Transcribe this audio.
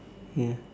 ya